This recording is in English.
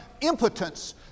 impotence